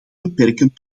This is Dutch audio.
beperken